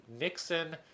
Nixon